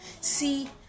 See